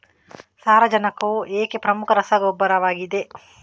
ಸಾರಜನಕವು ಏಕೆ ಪ್ರಮುಖ ರಸಗೊಬ್ಬರವಾಗಿದೆ?